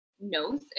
knows